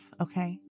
okay